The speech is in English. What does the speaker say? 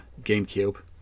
GameCube